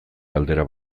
galdera